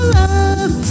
love